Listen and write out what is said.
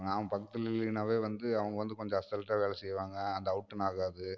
நான் பக்கத்துல இல்லைனாலே வந்து அவங்க வந்து கொஞ்சம் அசால்ட்டாக வேலை செய்வாங்க அந்த அவுட்டன் ஆகாது